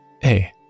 hey